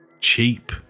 cheap